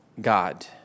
God